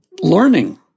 learning